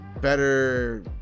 better